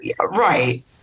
Right